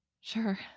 sure